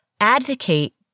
advocate